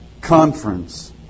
conference